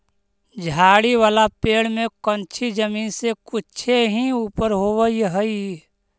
झाड़ी वाला पेड़ में कंछी जमीन से कुछे ही ऊपर होवऽ हई